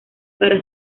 para